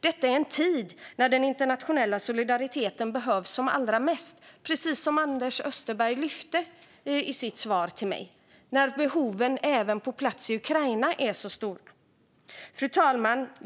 Det sker i en tid när den internationella solidariteten behövs som allra mest, precis som Anders Österberg lyfte i sitt svar till mig, och när behoven även på plats i Ukraina är stora. Fru talman!